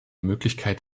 möglichkeit